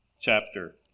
chapter